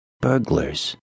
Burglars